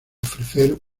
ofrecer